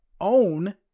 own